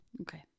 Okay